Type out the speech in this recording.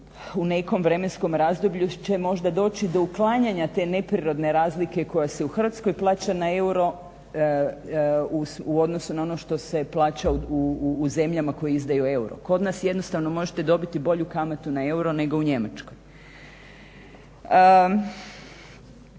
u nekom vremenskom razdoblju će možda doći do uklanjanja te neprirodne razlike koja se u Hrvatskoj plaća na euro u odnosu na ono što se plaća u zemljama koje izdaju euro. Kod nas jednostavno možete dobiti bolju kamatu na euro nego u Njemačkoj.